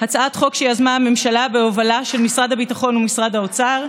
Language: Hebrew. הצעת חוק שיזמה הממשלה בהובלה של משרד הביטחון ומשרד האוצר,